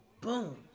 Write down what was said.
boom